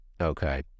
okay